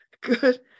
good